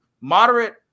moderate